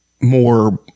more